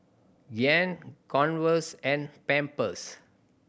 Giant Converse and Pampers